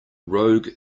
rogue